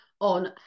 on